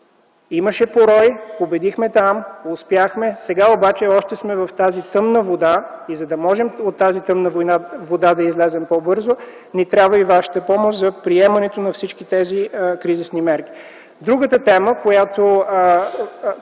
Имаше порои, победихме там, успяхме, сега обаче още сме в тази тъмна вода и за да можем от тази тъмна вода да излезем по-бързо ни трябва и вашата помощ за приемането на всички тези кризисни мерки. Другата тема, по която